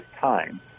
time